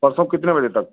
परसों कितने बजे तक